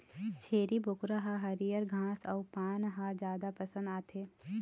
छेरी बोकरा ल हरियर घास अउ पाना ह जादा पसंद आथे